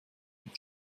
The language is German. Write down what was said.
noch